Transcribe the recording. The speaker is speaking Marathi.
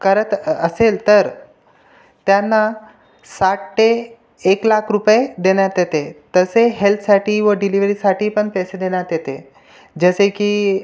करत असेल तर त्यांना साठ ते एक लाख रुपये देण्यात येते तसे हेल्थसाठी व डिलिव्हरीसाठीपण पैसे देण्यात येते जसे की